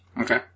Okay